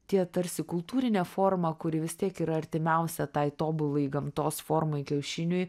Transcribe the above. tie tarsi kultūrinė forma kuri vis tiek yra artimiausia tai tobulai gamtos formai kiaušiniui